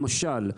למשל,